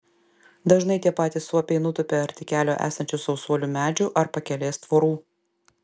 dažnai tie patys suopiai nutupia arti kelio esančių sausuolių medžių ar pakelės tvorų